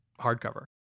hardcover